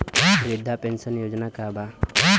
वृद्ध पेंशन योजना का बा?